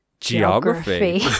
Geography